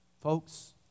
Folks